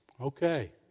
Okay